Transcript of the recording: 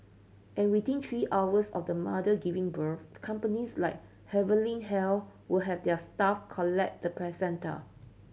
and within three hours of the mother giving birth companies like Heavenly Health will have their staff collect the placenta